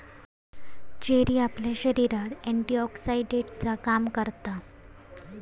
cherry आपल्या शरीरात एंटीऑक्सीडेंटचा काम करता